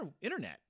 Internet